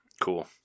Cool